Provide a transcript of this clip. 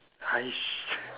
!hais!